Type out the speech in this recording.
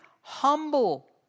humble